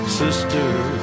sisters